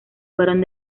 fueron